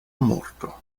morto